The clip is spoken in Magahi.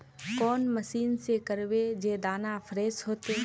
कौन मशीन से करबे जे दाना फ्रेस होते?